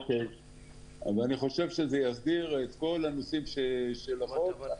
אני חושב שזה יסדיר את כל הנושאים של החוק.